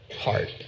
heart